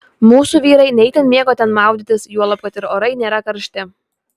mūsų vyrai ne itin mėgo ten maudytis juolab kad ir orai nėra karšti